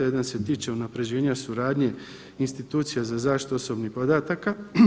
Jedan se tiče unapređenja suradnje institucija za zaštitu osobnih podataka.